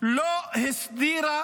לא הסדירה